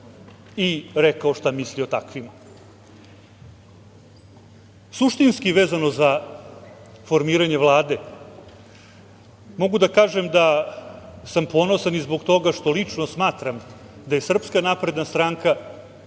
i rekao šta misli o takvima. Suštinski vezano za formiranje Vlade mogu da kažem da sam ponosan i zbog toga što lično smatram da je Srpska napredna stranka